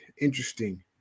interesting